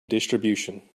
distribution